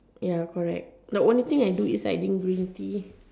ya correct the only thing I do is I drink green tea